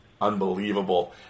unbelievable